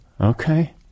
Okay